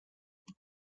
pays